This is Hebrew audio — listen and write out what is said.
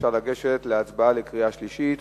אפשר לגשת להצבעה בקריאה שלישית.